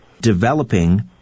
developing